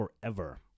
forever